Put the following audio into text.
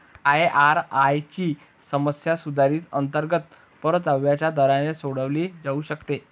IRR ची समस्या सुधारित अंतर्गत परताव्याच्या दराने सोडवली जाऊ शकते